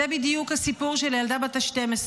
זה בדיוק הסיפור של הילדה בת ה-12: